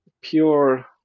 pure